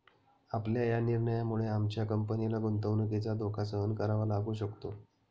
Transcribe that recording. आपल्या या निर्णयामुळे आमच्या कंपनीला गुंतवणुकीचा धोका सहन करावा लागू शकतो